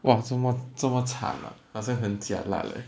哇这么这么惨啊好像很 jialat leh